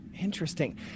Interesting